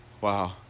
Wow